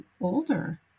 older